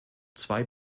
zwei